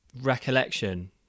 recollection